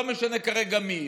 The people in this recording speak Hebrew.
לא משנה כרגע מי,